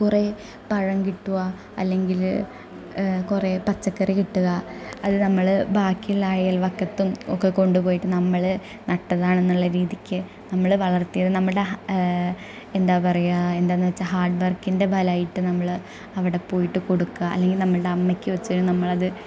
കുറേ പഴം കിട്ടുക അല്ലെങ്കിൽ കുറേ പച്ചക്കറി കിട്ടുക അത് നമ്മൾ ബാക്കിയുള്ള അയൽവക്കത്തും ഒക്കെ കൊണ്ടുപോയിട്ട് നമ്മൾ നട്ടതാണെന്നുള്ള രീതിക്ക് നമ്മൾ വളർത്തിയത് നമ്മുടെ എന്താണ് പറയുക എന്താണെന്ന് വെച്ചാൽ ഹാർഡ് വർക്കിൻ്റെ ഫലമായിട്ട് നമ്മൾ അവടെപ്പോയിട്ട് കൊടുക്കുക അല്ലെങ്കിൽ നമ്മുടെ അമ്മയ്ക്കും അച്ഛനും നമ്മളത്